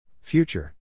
Future